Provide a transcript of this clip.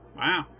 Wow